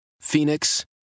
Phoenix